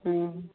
অঁ